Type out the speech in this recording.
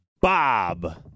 Bob